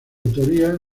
autoría